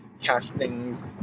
castings